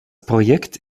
projekt